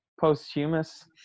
posthumous